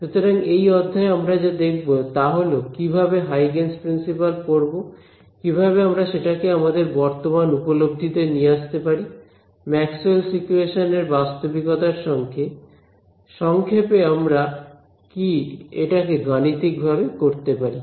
সুতরাং এই অধ্যায়ে আমরা যা দেখব তাহল কিভাবে হাইগেনস প্রিন্সিপাল পড়বো কিভাবে আমরা সেটাকে আমাদের বর্তমান উপলব্ধিতে নিয়ে আসতে পারি ম্যাক্সওয়েলস ইকুয়েশনস Maxwell's equations এর বাস্তবিকতার সঙ্গে সংক্ষেপে আমরা কি এটা কে গাণিতিকভাবে করতে পারি